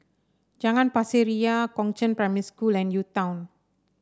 Jalan Pasir Ria Chongzheng Primary School and UTown